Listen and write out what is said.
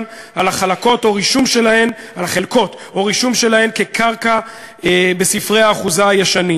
על החלקות או רישום שלהן כקרקע בספרי האחוזה הישנים.